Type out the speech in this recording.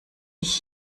ich